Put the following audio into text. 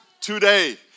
today